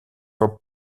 voor